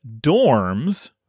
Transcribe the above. dorms